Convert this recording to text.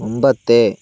മുമ്പത്തെ